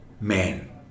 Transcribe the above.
men